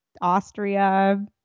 Austria